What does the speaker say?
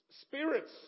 spirits